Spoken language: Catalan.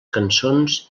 cançons